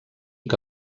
que